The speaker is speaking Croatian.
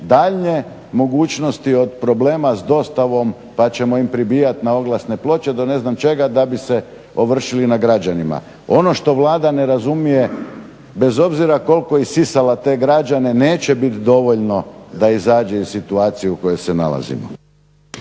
daljnje mogućnosti od problema s dostavom pa ćemo im pribijati na oglasne ploče do ne znam čega da bi se ovršili nad građanima. Ono što Vlada ne razumije, bez obzira koliko isisala te građane, neće biti dovoljno da izađe iz situacije u kojoj se nalazimo.